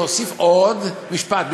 להוסיף עוד משפט?